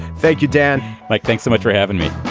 thank you, dan. mike, thanks so much for having me